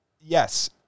yes